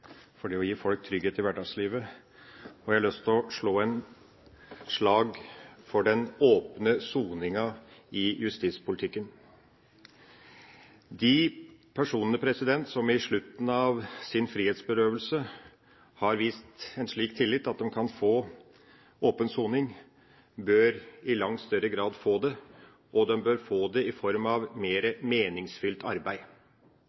for den åpne soninga. De personene som ved slutten av sin frihetsberøvelse har blitt vist en slik tillit at de kan få åpen soning, bør i langt større grad få det, og de bør få det i form av mer meningsfylt arbeid.